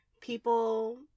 people